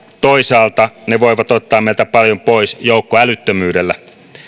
toisaalta ne voivat ottaa meiltä paljon pois joukkoälyttömyydellä